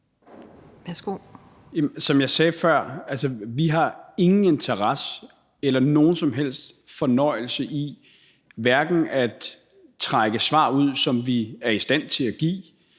Som jeg sagde før: Vi har ingen interesse eller nogen som helst fornøjelse i hverken at trække svar ud, som vi er i stand til at give,